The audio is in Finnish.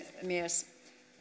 puhemies